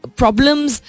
problems